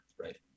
right